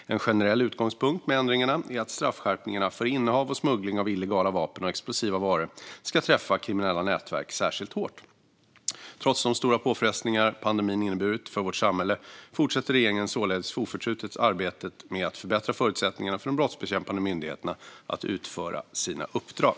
En generell utgångspunkt för ändringarna är att straffskärpningarna för innehav och smuggling av illegala vapen och explosiva varor ska träffa kriminella nätverk särskilt hårt. Trots de stora påfrestningar pandemin inneburit för vårt samhälle fortsätter regeringen således oförtrutet arbetet med att förbättra förutsättningarna för de brottsbekämpande myndigheterna att utföra sina uppdrag.